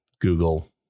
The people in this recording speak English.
Google